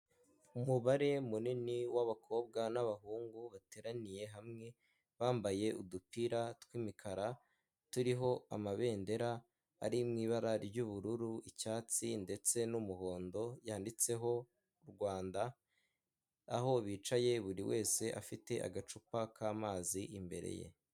Umubare munini w'abakobwa n'abahungu bateraniye hamwe, bambaye udupira tw'imikara turiho amabendera ari mu ibara ry'ubururu icyatsi ndetse n'umuhondo, yanditseho u Rwanda aho bicaye buri wese afite agacupa k'amazi imbere ye.